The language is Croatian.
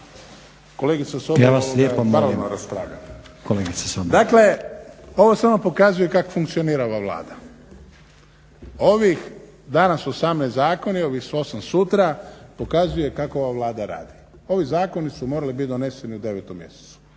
Ivan (HDZ)** Dakle, ovo samo pokazuje kako funkcionira ova Vlada. Ovih danas 18 zakona, … sutra pokazuje kako ova Vlada radi. Ovi zakoni su morali bit doneseni u 9. mjesecu